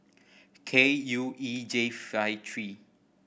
K U E J five three